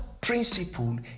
principle